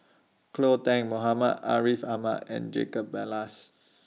Cleo Thang Muhammad Ariff Ahmad and Jacob Ballas